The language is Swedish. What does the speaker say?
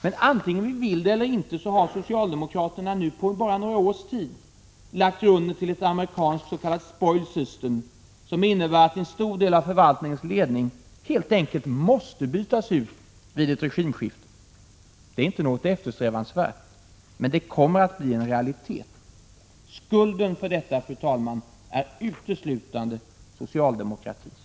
Men vare sig vi vill det eller inte har socialdemokraterna på några års tid lagt grunden till ett amerikanskt ”spoil system”, som innebär att en stor del av förvaltningens ledning helt enkelt måste bytas ut vid ett regimskifte. Detta är inte något eftersträvansvärt. Men det kommer att bli en realitet. Skulden för detta, fru talman, är uteslutande socialdemokratins.